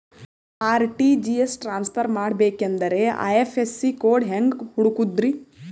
RTGS transfer ಮಾಡಬೇಕೆಂದರೆ IFSC code ಹೆಂಗ್ ಹುಡುಕೋದ್ರಿ?